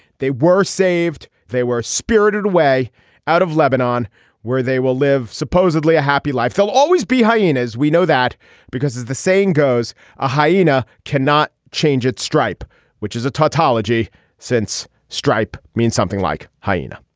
they were saved. they were spirited way out of lebanon where they will live supposedly a happy life. they'll always be hyenas we know that because as the saying goes a hyena cannot change its stripe which is a tautology since stripe means something like hyena